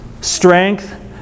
strength